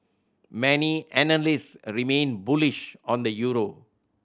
many analyst a remain bullish on the euro